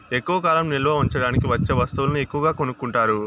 ఎక్కువ కాలం నిల్వ ఉంచడానికి వచ్చే వస్తువులను ఎక్కువగా కొనుక్కుంటారు